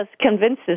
convinces